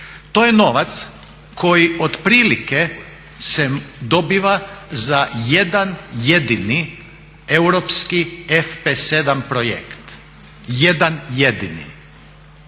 To je novac koji otprilike se dobiva za jedan jedini europski FP7 projekt. Jedan jedini.